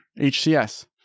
HCS